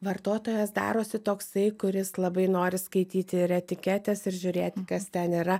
vartotojas darosi toksai kuris labai nori skaityti ir etiketes ir žiūrėti kas ten yra